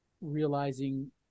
realizing